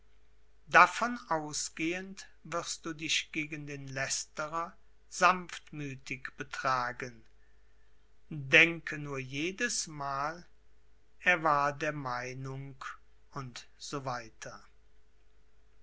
davon ausgehend wirst du dich gegen den lästerer sanftmüthig betragen denke nur jedesmal er war der meinung u s